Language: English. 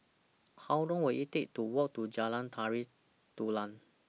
How Long Will IT Take to Walk to Jalan Tari Dulang